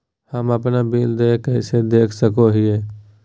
हम अपन बिल देय कैसे देख सको हियै?